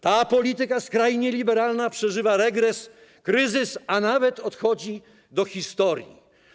Ta polityka skrajnie liberalna przeżywa regres, kryzys, a nawet odchodzi do historii.